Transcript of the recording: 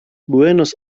buenos